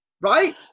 right